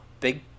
big